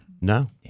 No